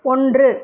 ஒன்று